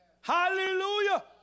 Hallelujah